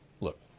look